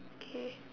K